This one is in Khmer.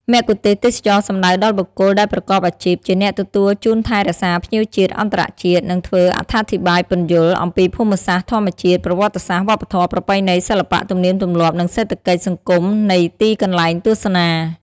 មគ្គុទ្ទេសក៍ទេសចរណ៍សំដៅដល់បុគ្គលដែលប្រកបអាជីព ជាអ្នកទទួលជូនថែរក្សាភ្ញៀវជាតិ អន្តរជាតិ និងធ្វើអត្ថាធិប្បាយពន្យល់ អំពីភូមិសាស្ត្រ ធម្មជាតិ ប្រវត្តិសាស្រ្ត វប្បធម៌ ប្រពៃណី សិល្បៈ ទំនៀមទម្លាប់ និងសេដ្ឋកិច្ច សង្គមនៃទីកន្លែងទស្សនា។